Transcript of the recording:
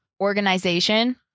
organization